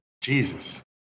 Jesus